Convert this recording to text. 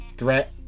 threat